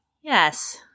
yes